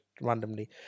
randomly